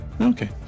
Okay